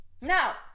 Now